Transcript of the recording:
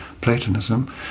Platonism